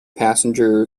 passenger